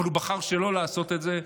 אבל הוא בחר שלא לעשות את זה,